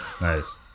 Nice